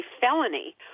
felony